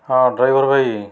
ହଁ ଡ୍ରାଇଭର ଭାଇ